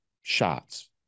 shots